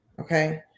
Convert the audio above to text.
Okay